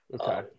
Okay